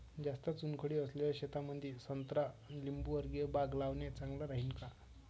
जास्त चुनखडी असलेल्या शेतामंदी संत्रा लिंबूवर्गीय बाग लावणे चांगलं राहिन का?